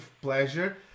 pleasure